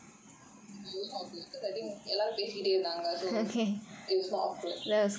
no it was not awkward because I think எல்லாரும் பேசிகிட்டே இருந்தாங்க:ellaarum pesikittae irunthaanga so it was not awkward